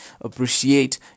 appreciate